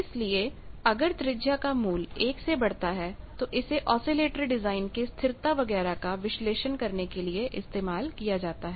इसलिए अगर त्रिज्या का मूल्य एक से बढ़ता है तो इसे ऑसिलेटर डिजाइन की स्थिरता वगैरह का विश्लेषण करने के लिए इस्तेमाल किया जाता है